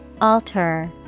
Alter